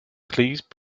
please